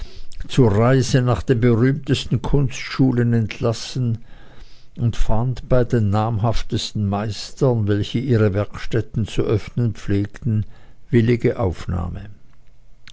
zur reise nach den berühmtesten kunstschulen entlassen und fand bei den namhaftesten meistern welche ihre werkstätten zu öffnen pflegten willige aufnahme